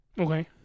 Okay